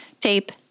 tape